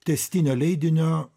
tęstinio leidinio